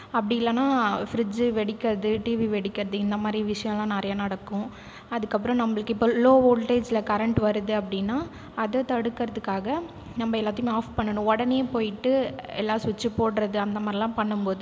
அப்படி இல்லைனா ஃபிரிட்ஜு வெடிக்கறது டிவி வெடிக்கறது இந்த மாதிரி விஷயமெலாம் நிறைய நடக்கும் அதுக்கப்புறம் நம்பளுக்கு இப்போ லோ வோல்ட்டேஜில் கரெண்ட் வருது அப்படின்னா அதை தடுக்கிறதுக்காக நம்ப எல்லாத்தையுமே ஆஃப் பண்ணணும் உடனே போய்விட்டு எல்லா ஸ்விட்ச்சையும் போடுறது அந்த மாதிரிலா பண்ணும்போது